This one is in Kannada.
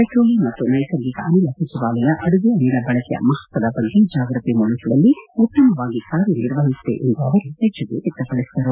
ಪೆಟ್ರೋಲಿಯಂ ಮತ್ತು ನೈಸರ್ಗಿಕ ಅನಿಲ ಸಚಿವಾಲಯ ಅಡುಗೆ ಅನಿಲ ಬಳಕೆಯ ಮಹತ್ವದ ಬಗ್ಗೆ ಜಾಗೃತಿ ಮೂಡಿಸುವಲ್ಲಿ ಉತ್ತಮವಾಗಿ ಕಾರ್ಯನಿರ್ವಹಿಸಿದೆ ಎಂದು ಅವರು ಮೆಚ್ಚುಗೆ ವ್ಯಕ್ತಪಡಿಸಿದರು